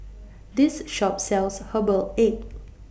This Shop sells Herbal Egg